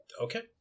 Okay